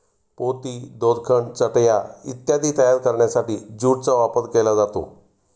पोती, दोरखंड, चटया इत्यादी तयार करण्यासाठी ज्यूटचा वापर केला जातो